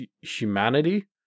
humanity